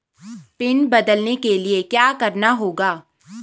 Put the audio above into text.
Pin बदलने के लिए क्या करना होगा?